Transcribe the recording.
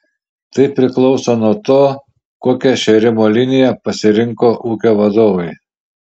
tai priklauso nuo to kokią šėrimo liniją pasirinko ūkio vadovai